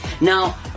Now